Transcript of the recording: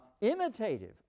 imitative